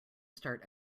start